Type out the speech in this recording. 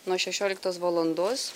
nuo šešioliktos valandos